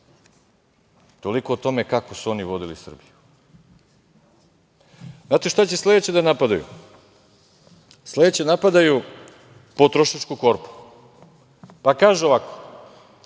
Toliko o tome kako su oni vodili Srbiju. Znate šta će sledeće da napadaju, sledeće napadaju potrošačku korpu, pa kaže ovako